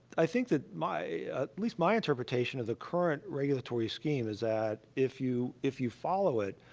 i think that my ah, at least my interpretation of the current regulatory scheme is that if you if you follow it,